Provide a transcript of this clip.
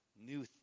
new